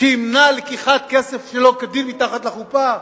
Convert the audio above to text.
שימנע לקיחת כסף שלא כדין מתחת לחופה,